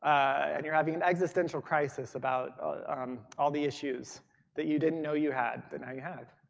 and you're having an existential crisis about all the issues that you didn't know you had that now you have.